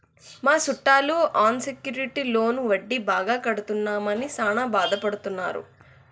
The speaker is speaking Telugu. మా సుట్టాలు అన్ సెక్యూర్ట్ లోను వడ్డీ బాగా కడుతున్నామని సాన బాదపడుతున్నారు